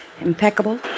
impeccable